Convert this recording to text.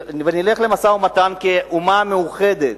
נלך למשא-ומתן כאומה מאוחדת,